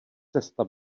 cesta